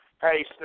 Hey